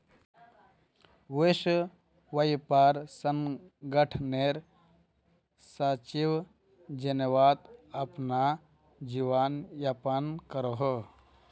विश्व व्यापार संगठनेर सचिव जेनेवात अपना जीवन यापन करोहो